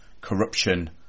corruption